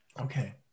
Okay